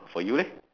for you leh